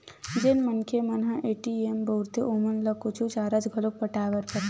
जेन मनखे मन ह ए.टी.एम बउरथे ओमन ल कुछु चारज घलोक पटाय बर परथे